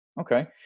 Okay